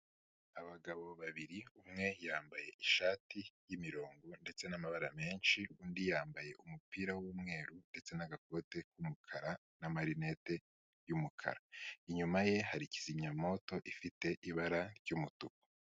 Abagabo babiri, umwe yambaye ishati y'imirongo ndetse n'amabara menshi, undi yambaye umupira w'umweru ndetse n'agakote k'umukara na marinete y'umukara, inyuma ye hari kizimyamwoto ifite ibara ry'umutuku.